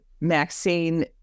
Maxine